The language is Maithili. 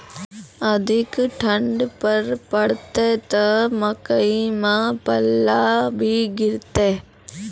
अधिक ठंड पर पड़तैत मकई मां पल्ला भी गिरते?